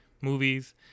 movies